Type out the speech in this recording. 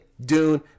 Dune